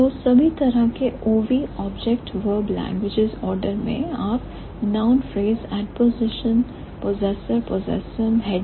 तो सभी तरह के OV object verb languages order मैं आप noun phrase adposition possessor possessum head noun relative clause पाएंगे